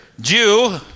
Jew